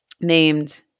named